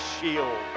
shield